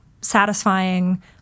satisfying